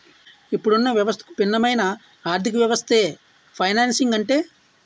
ఇప్పుడున్న వ్యవస్థకు భిన్నమైన ఆర్థికవ్యవస్థే ఫైనాన్సింగ్ అంటే